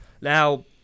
now